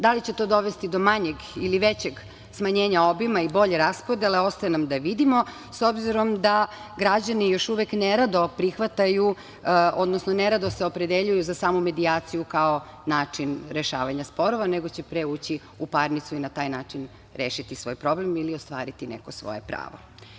Da li će to dovesti do manjeg ili većeg smanjenja obima i bolje raspodele ostaje nam da vidimo, s obzorom da građani još uvek ne rado prihvataju, odnosno ne rado se opredeljuju za samomedijaciju kao način rešavanja sporova, nego će pre ući u parnicu i na taj način rešiti svoj problem ili ostvariti neko svoje pravo.